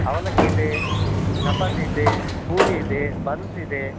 ಅವಲಕ್ಕಿ ಇದೇ ಚಪಾತಿ ಇದೆ ಪೂರಿ ಇದೆ ಬನ್ಸಿದೆ